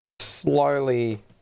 Slowly